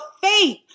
faith